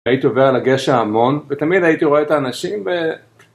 הייתי עובר על הגשר המון, ותמיד הייתי רואה את האנשים ו...